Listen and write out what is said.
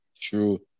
True